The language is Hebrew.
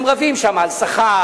הם רבים שם על שכר,